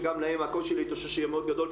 שגם להם הקושי להתאושש יהיה מאוד גדול,